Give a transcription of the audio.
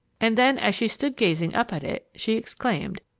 and then, as she stood gazing up at it, she exclaimed,